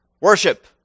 Worship